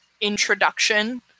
introduction